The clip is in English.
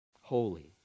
Holy